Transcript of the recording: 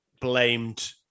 blamed